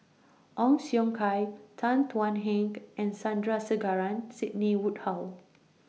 Ong Siong Kai Tan Thuan Heng and Sandrasegaran Sidney Woodhull